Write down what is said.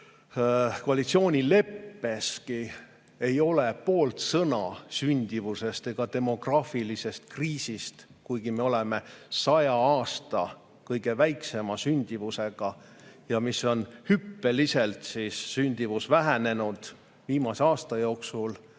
koalitsioonileppes ei ole poolt sõnagi sündimusest ega demograafilisest kriisist, kuigi me oleme saja aasta kõige väiksema sündimusega ja sündimus on hüppeliselt vähenenud viimase aasta jooksul